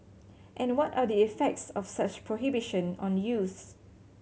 and what are the effects of such prohibition on youths